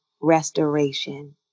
restoration